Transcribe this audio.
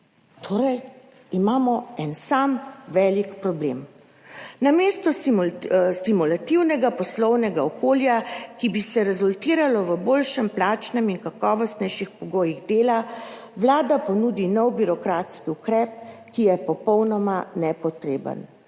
Torej, imamo en sam velik problem. Namesto stimulativnega poslovnega okolja, ki bi se rezultiralo v boljših plačah in kakovostnejših pogojih dela, Vlada ponudi nov birokratski ukrep, ki je popolnoma nepotreben.